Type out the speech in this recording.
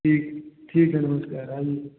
ठीक ठीक है नमस्कार आईये